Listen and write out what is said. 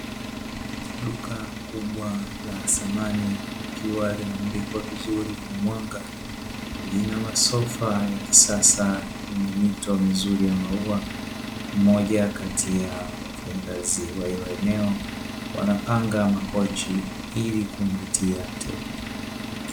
Duka kubwa la samani likiwa linamulikwa vizuri na mwanga, lina masofa ya kisasa na mito mizuri ya maua; mmoja kati ya wafanyakazi wa hilo eneo wanapanga makochi, ili kuvutia wateja.